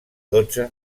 dotze